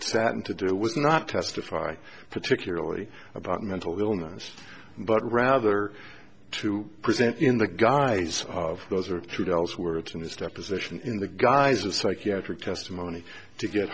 in to do was not testify particularly about mental illness but rather to present in the guise of those are two dollars words in this deposition in the guise of psychiatric testimony to get